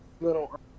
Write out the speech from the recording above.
little